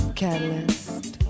catalyst